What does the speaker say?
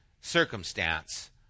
circumstance